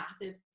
massive